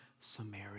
Samaria